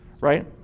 right